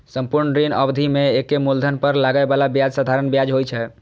संपूर्ण ऋण अवधि मे एके मूलधन पर लागै बला ब्याज साधारण ब्याज होइ छै